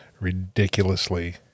ridiculously